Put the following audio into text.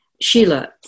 Sheila